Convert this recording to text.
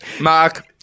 Mark